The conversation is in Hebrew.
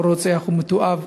כל רוצח הוא מתועב.